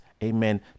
amen